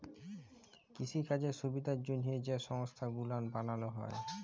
কিসিকাজের সুবিধার জ্যনহে যে সংস্থা গুলান বালালো হ্যয়